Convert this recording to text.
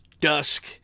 dusk